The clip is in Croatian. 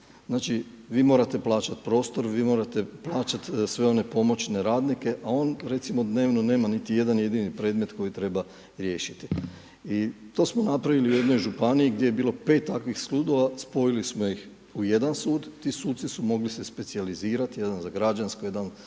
znači vi morate plaćati prostor, vi morate plaćati sve one pomoćne radnike, a on recimo nema dnevno niti jedan jedini predmet koji treba riješiti. I to smo napravili u jednoj županiji gdje je bilo pet takvih sudova, spojili smo ih u jedan sud, ti suci su se mogli specijalizirati jedan za građansko, jedan za